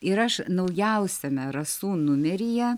ir aš naujausiame rasų numeryje